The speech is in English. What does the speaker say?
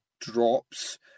drops